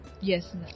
Yes